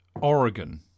oregon